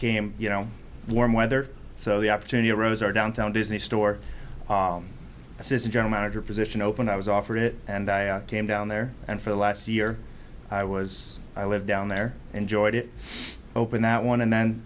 came you know warm weather so the opportunity arose our downtown disney store this is a general manager position open i was offered it and i came down there and for the last year i was i lived down there enjoyed it open that one and then